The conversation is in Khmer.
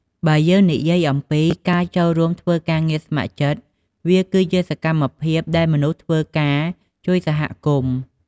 បើយើងនិយាយអំពី ការចូលរួមធ្វើការងារស្ម័គ្រចិត្ត វាគឺជាសកម្មភាពដែលមនុស្សធ្វើការជួយសហគមន៍។